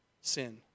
sin